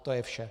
To je vše.